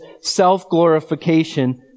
self-glorification